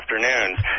afternoons